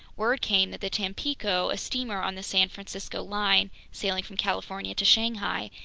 word came that the tampico, a steamer on the san francisco line sailing from california to shanghai,